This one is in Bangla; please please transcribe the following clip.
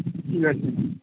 ঠিক আছে